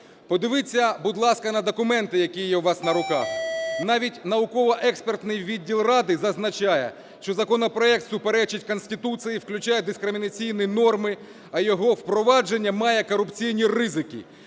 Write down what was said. Подивіться, будь ласка, на документи, які є у вас на руках. Навіть науково експертний відділ Ради зазначає, що законопроект суперечить Конституції, включає дискримінаційні норми, а його впровадження має корупційні ризики